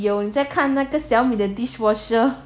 有你在看 Xiaomi 的 dishwasher